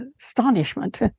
astonishment